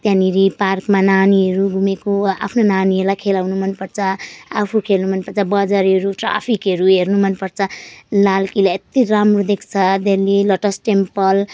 त्यहाँनिर पार्कमा नानीहरू घुमेको आफ्नो नानीहरूलाई खेलाउनु मनपर्छ आफू खेल्नु मनपर्छ बजारहरू ट्राफिकहरू हेर्नु मनपर्छ लालकिला यति राम्रो देख्छ दिल्ली लोटस टेम्पल